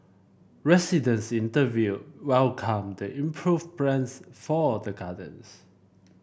residents interviewed welcomed the improved plans for the gardens